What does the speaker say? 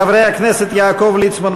חברי הכנסת יעקב ליצמן,